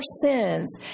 sins